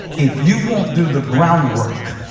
if you won't do the groundwork